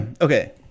okay